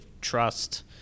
trust